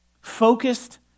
focused